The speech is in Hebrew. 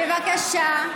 בבקשה.